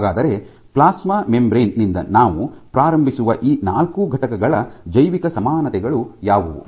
ಹಾಗಾದರೆ plasma membrane ನಿಂದ ನಾವು ಪ್ರಾರಂಭಿಸುವ ಈ ನಾಲ್ಕು ಘಟಕಗಳ ಜೈವಿಕ ಸಮಾನತೆಗಳು ಯಾವುವು